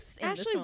Ashley